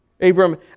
Abram